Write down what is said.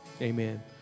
Amen